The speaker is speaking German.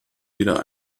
wieder